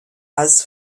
als